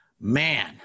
Man